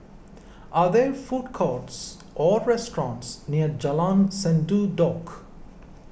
are there food courts or restaurants near Jalan Sendudok